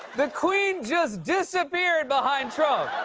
the queen just disappeared behind trump.